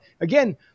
again